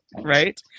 right